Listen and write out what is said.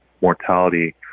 mortality